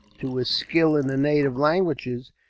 to his skill in the native languages,